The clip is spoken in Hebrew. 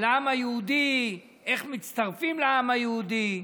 העם היהודי, איך מצטרפים לעם היהודי,